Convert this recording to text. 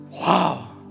Wow